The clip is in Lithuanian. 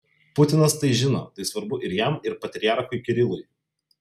putinas tai žino tai svarbu ir jam ir patriarchui kirilui